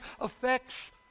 affects